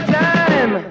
time